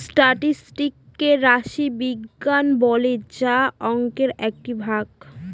statistics কে রাশি বিজ্ঞান বলে যা অংকের একটি ভাগ